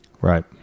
Right